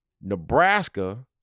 Nebraska